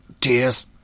tears